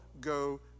go